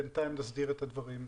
בינתיים נסדיר את הדברים,